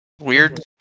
Weird